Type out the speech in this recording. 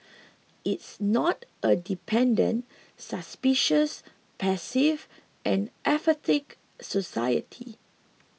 it's not a dependent suspicious passive and apathetic society